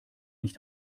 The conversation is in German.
nicht